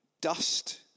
Dust